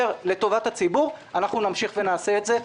לטובת הציבור אנחנו נמשיך ונעשה את זה.